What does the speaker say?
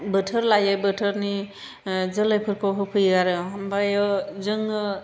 बोथोर लायै बोथोरनि जोलैफोरखौ होफैयो आरो ओमफायो जोङो